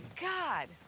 God